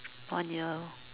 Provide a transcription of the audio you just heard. one year